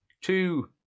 two